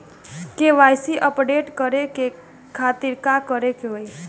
KYC update करे के खातिर का करे के होई?